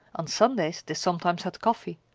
on sundays they sometimes had coffee.